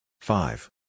five